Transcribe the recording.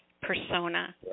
persona